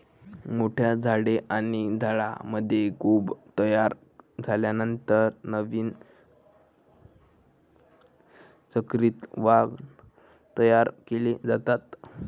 मोठ्या झाडे आणि झाडांमध्ये कोंब तयार झाल्यानंतर नवीन संकरित वाण तयार केले जातात